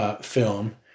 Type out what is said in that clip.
film